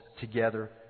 together